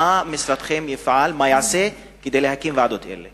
מה משרדכם יפעל, מה יעשה כדי להקים ועדות אלה?